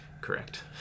Correct